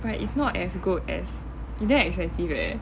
but it's not as good as it's damn expensive leh